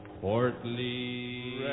Portly